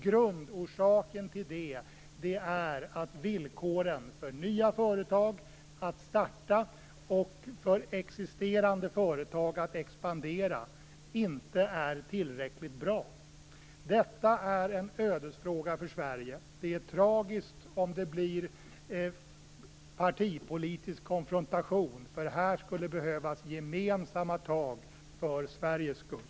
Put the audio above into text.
Grundorsaken till det är att villkoren för nya företag att starta och för existerande företag att expandera inte är tillräckligt bra. Detta är en ödesfråga för Sverige. Det är tragiskt om det blir partipolitisk konfrontation, för här skulle det behövas gemensamma tag för Sveriges skull.